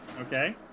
Okay